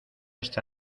esta